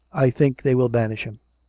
i think they will banish him.